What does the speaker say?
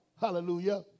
hallelujah